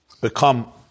become